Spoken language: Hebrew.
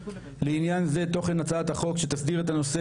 לעניין זה תוכן הצעת החוק שתסדיר את הנושא,